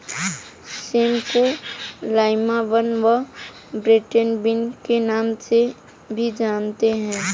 same को lima bean व butter bean के नाम से भी जानते हैं